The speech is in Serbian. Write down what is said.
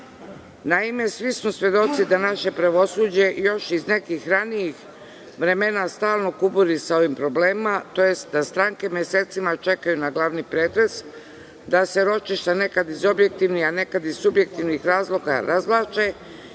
roku. Naime, svi smo svedoci da naše pravosuđe još iz nekih ranijih vremena stalno kuburi sa ovim problemima, tj. da stranke mesecima čekaju na glavni pretres, da se ročišta nekada iz objektivnih, a nekada i iz subjektivnih razloga razvlače